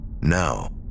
Now